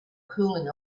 cooling